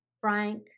Frank